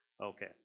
Okay